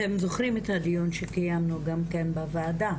אתם זוכרים את הדיון שקיימנו גם כן בוועדה